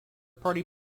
party